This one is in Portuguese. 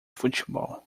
futebol